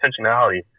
intentionality